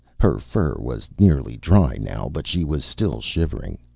her fur was nearly dry now, but she was still shivering.